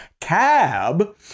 CAB